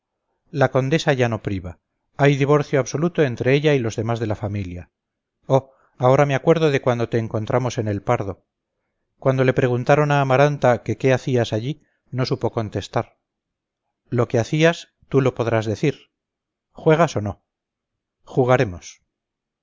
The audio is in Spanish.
la condesa ya no priva hay divorcio absoluto entre ella y los demás de la familia oh ahora me acuerdo de cuando te encontramos en el pardo cuando le preguntaron a amaranta que qué hacías allí no supo contestar lo que hacías tú lo podrás decir juegas o no jugaremos